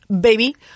baby